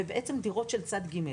ושהן למעשה דירות של צד ג'.